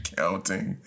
counting